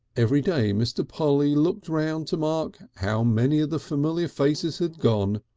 every day mr. polly looked round to mark how many of the familiar faces had gone,